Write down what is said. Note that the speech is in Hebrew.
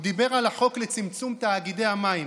הוא דיבר על החוק לצמצום תאגידי המים